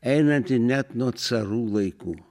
einanti net nuo carų laikų